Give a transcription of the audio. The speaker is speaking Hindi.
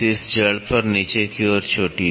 शीर्ष जड़ पर नीचे की ओर चोटी